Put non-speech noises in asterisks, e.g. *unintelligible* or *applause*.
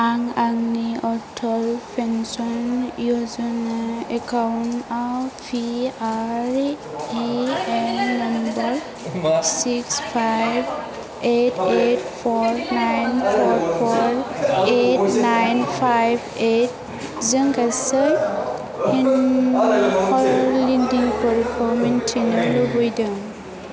आंनि अटल पेन्सन य'जना एकाउनाव P I P N number six five eight eight four nine four four eight nine five eight *unintelligible* फोरखौ मिन्थिनो लुगैदों